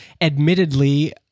admittedly